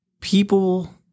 people